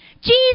Jesus